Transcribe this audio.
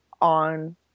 on